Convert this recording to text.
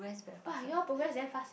!wah! you all progress very fast sia